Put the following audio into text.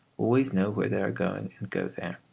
always know where they are going, and go there.